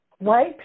White